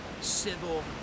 civil